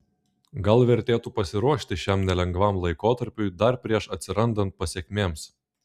gal vertėtų pasiruošti šiam nelengvam laikotarpiui dar prieš atsirandant pasekmėms